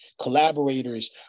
collaborators